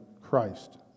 Christ